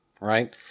right